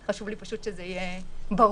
חשוב לי פשוט שזה יהיה ברור.